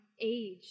age